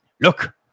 Look